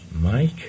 Mike